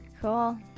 Cool